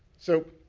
so,